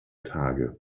tage